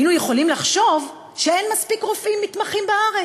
היינו יכולים לחשוב שאין מספיק רופאים מתמחים בארץ,